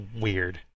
weird